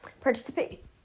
participate